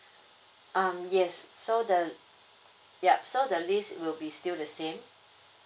um yes so the yup so the lease will be still the same